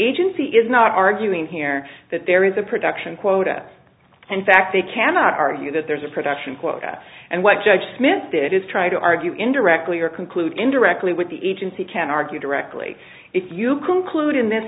agency is not arguing here that there is a production quota and fact they cannot argue that there is a production quota and what judge smith did is try to argue indirectly or conclude indirectly with the agency can argue directly if you conclude in this